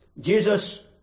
Jesus